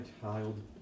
child